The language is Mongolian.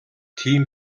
тийм